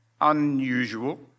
unusual